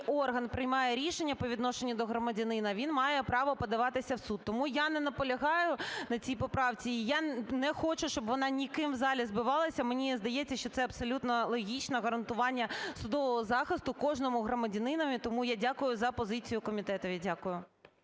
орган приймає рішення по відношенню до громадянина, він має право подаватися в суд. Тому я не наполягаю на цій поправці, і я не хочу, щоб вона ніким в залі збивалася. Мені здається, що це абсолютно логічно – гарантування судового захисту кожному громадянинові, тому я дякую за позицію комітету.